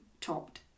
topped